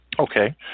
Okay